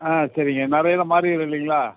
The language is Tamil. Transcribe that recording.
ஆ சரிங்க நரையெல்லாம் மாறிடும் இல்லைங்களா